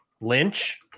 Lynch